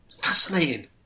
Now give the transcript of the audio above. Fascinating